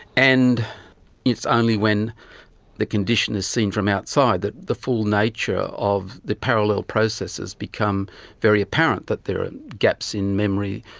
and it's only when the condition is seen from outside that the full nature of the parallel processes become very apparent, that there are gaps in memory,